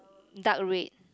dark red